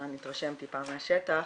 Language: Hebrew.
נתרשם טיפה מהשטח